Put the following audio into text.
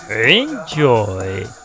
Enjoy